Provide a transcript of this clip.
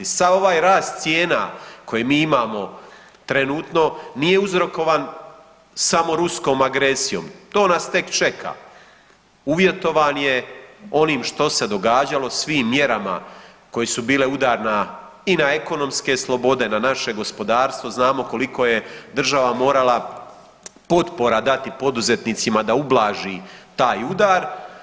Sav ovaj rast cijena koje mi imamo trenutno nije uzrokovan samo ruskom agresijom to nas tek čeka, uvjetovan je onim što se događalo, svim mjerama koje su bile udar na, i na ekonomske slobode, na naše gospodarstvo znamo koliko je država morala potpora dati poduzetnicima da ublaži taj udar.